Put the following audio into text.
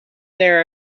there